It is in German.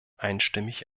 einstimmig